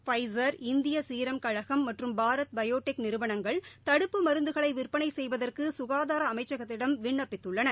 ஃபிஷா் இந்திய ஷீரம் கழகம் மற்றும் பாரத் பயோடெக் நிறுவனங்கள் தடுப்பு மருந்துகளை விற்பனை செய்வதற்கு சுகாதார அமைச்சகத்திடம் விண்ணப்பித்துள்ளன